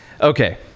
Okay